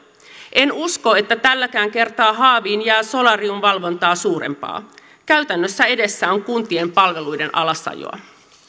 en usko että tälläkään kertaa haaviin jää solariumvalvontaa suurempaa käytännössä edessä on kuntien palveluiden alasajoa